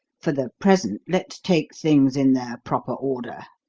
for the present, let's take things in their proper order.